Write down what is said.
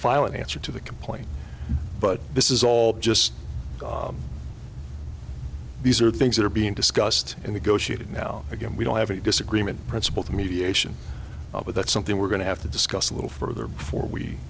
file an answer to the complaint but this is all just these are things that are being discussed and we go shoot it now again we don't have a disagreement principle to mediation but that's something we're going to have to discuss a little further before we